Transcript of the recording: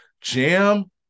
Jam